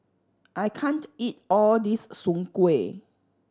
I can't eat all this soon kway